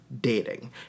dating